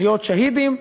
להיות שהידים,